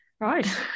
Right